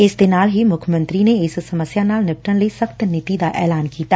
ਇਸ ਦੇ ਨਾਲ ਹੀ ਮੁੱਖ ਮੰਤਰੀ ਨੇ ਇਸ ਸਮੱਸਿਆ ਨਾਲ ਨਿਪਟਣ ਲਈ ਸਖ਼ਤ ਨੀਤੀ ਦਾ ਐਲਾਨ ਕੀਤਾ